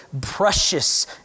precious